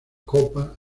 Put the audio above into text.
copa